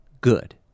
good